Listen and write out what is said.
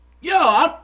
Yo